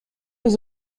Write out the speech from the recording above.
his